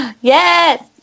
Yes